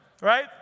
right